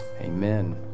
Amen